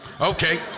Okay